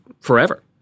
forever